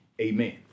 Amen